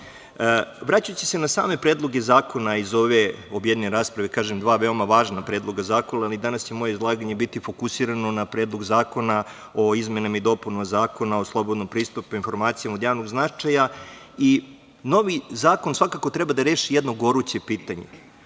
zalažemo. Vraćajući se na same predloge zakona iz ove objedinjene rasprave, kažem, dva veoma važna predloga zakona, ali danas će moje izlaganje biti fokusirano na Predlog zakona o izmenama i dopunama Zakona o slobodnom pristupu informacijama od javnog značaja. Novi zakon, svakako treba da reši jedno goruće pitanje,